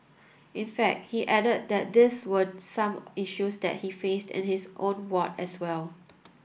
in fact he added that these were some issues that he faced in his own ward as well